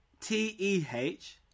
T-E-H